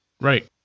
Right